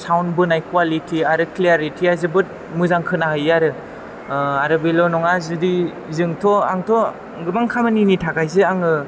sound बोनाय quality आरो क्लायारिथिया जोबोत मोजां खोनाहैयो आरो आरो बेल' नङा जुदि जोंथ' आंथ' गोबां खामानिनि थाखायसो आङो